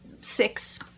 Six